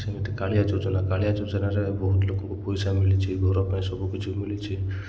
ଯେମିତି କାଳିଆ ଯୋଜନା କାଳିଆ ଯୋଜନାରେ ବହୁତ ଲୋକଙ୍କୁ ପଇସା ମିଳିଛି ଘର ପାଇଁ ସବୁ କିଛି ମିଳିଛି